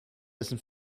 dessen